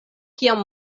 kiam